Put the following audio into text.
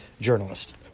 journalist